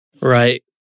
Right